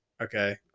okay